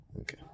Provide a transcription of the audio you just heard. Okay